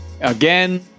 again